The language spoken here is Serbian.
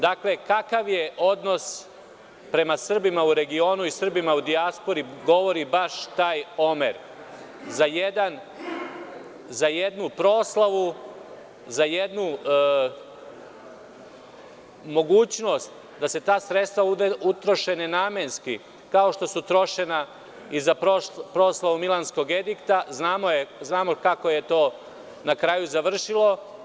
Dakle, kakav je odnos prema Srbima u regionu, prema Srbima u dijaspori govori baš taj omer, za jednu proslavu, za jednu mogućnost da se ta sredstva utroše ne namenski kao što su trošena i za proslavu Milanskog edikta, a znamo kako je to na kraju završilo.